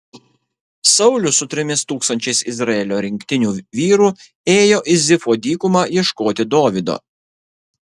saulius su trimis tūkstančiais izraelio rinktinių vyrų ėjo į zifo dykumą ieškoti dovydo